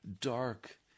dark